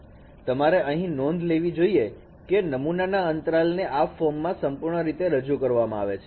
તમારે અહીં નોંધ લેવી જોઈએ કે નમૂનાના અંતરાલ ને આ ફોર્મમાં સંપૂર્ણ રીતે રજૂ કરવામાં આવે છે